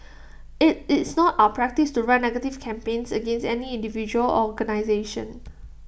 IT is not our practice to run negative campaigns against any individual organisation